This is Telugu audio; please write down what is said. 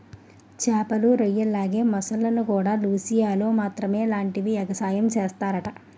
చేమలు, రొయ్యల్లాగే మొసల్లుకూడా లూసియానాలో మాత్రమే ఇలాంటి ఎగసాయం సేస్తరట